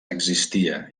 existia